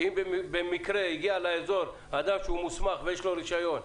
שאם במקרה הגיע לאזור אדם שהוא מוסמך ויש לו רישיון,